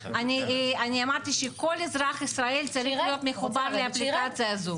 אני אמרתי שכל אזרח ישראל צריך להיות מחובר לאפליקציה הזו,